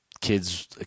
kids